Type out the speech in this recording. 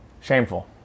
Shameful